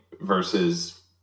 versus